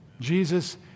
Jesus